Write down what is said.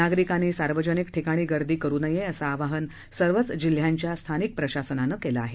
नागरिकांनी सार्वजनिक ठिकाणी गर्दी करू नये असं आवाहन सर्वच जिल्ह्यांच्या स्थानिक प्रशासनानं केलं आहे